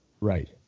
Right